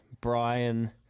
Brian